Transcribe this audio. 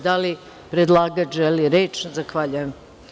Da li predlagač želi reč? (Ne.) Zahvaljujem.